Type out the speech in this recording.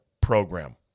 program